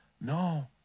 No